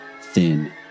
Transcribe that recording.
thin